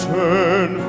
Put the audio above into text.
turn